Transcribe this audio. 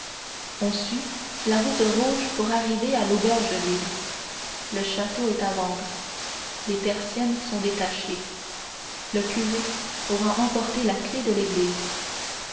on suit la route rouge pour arriver à l'auberge vide le château est à vendre les persiennes sont détachées le curé aura emporté la clef de l'église